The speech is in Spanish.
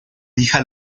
hija